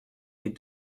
les